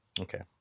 Okay